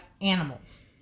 animals